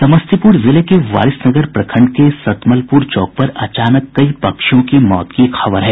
समस्तीपुर जिले के वारिसनगर प्रखंड के सतमलपुर चौक पर अचानक कई पक्षियों की मौत की खबर है